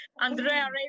Andrea